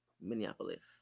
Minneapolis